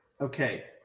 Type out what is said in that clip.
Okay